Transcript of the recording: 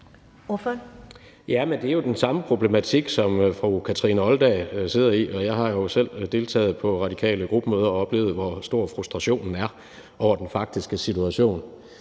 det er jo den samme problematik, som fru Kathrine Olldag sidder i. Jeg har jo selv deltaget på radikale gruppemøder og oplevet, hvor stor frustrationen er over den faktiske situation.